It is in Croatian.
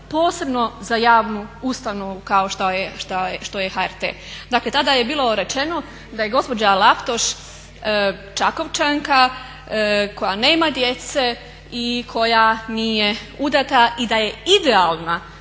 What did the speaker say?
posebno za javnu ustanovu kao što je HRT. Dakle tada je bilo rečeno da je gospođa Laptoš Čakovčanka koja nema djece i koja nije udana i da je idealna